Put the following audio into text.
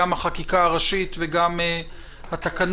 גם החקיקה הראשית וגם התקנות,